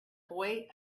boy